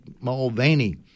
Mulvaney